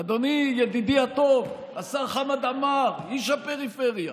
אדוני, ידידי הטוב השר חמד עמאר, איש הפריפריה,